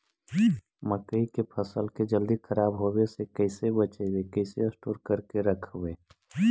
मकइ के फ़सल के जल्दी खराब होबे से कैसे बचइबै कैसे स्टोर करके रखबै?